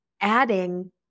adding